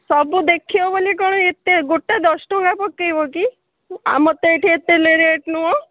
ସବୁ ଦେଖିବ ବୋଲି କ'ଣ ଏତେ ଗୋଟା ଦଶଟଙ୍କା ପକେଇବ କି ଆମର ତ ଏଇଠି ଏତେ ରେଟ୍ ନୁହଁ